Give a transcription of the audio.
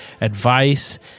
advice